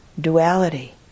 duality